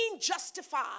justified